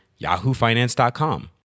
yahoofinance.com